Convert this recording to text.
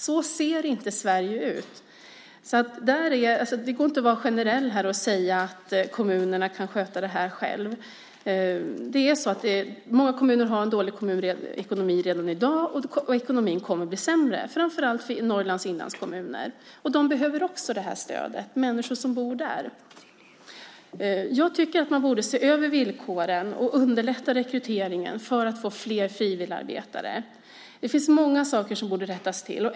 Så ser inte Sverige ut. Det går inte att vara generell här och säga att kommunerna kan sköta det här själva. Många kommuner har en dålig ekonomi redan i dag, och ekonomin kommer att bli sämre. Framför allt gäller det här Norrlands inlandskommuner. De människor som bor där behöver också det här stödet. Jag tycker att man borde se över villkoren och underlätta rekryteringen för att få fler frivilligarbetare. Det finns många saker som borde rättas till.